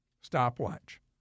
stopwatch